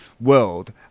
world